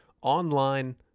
online